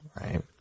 right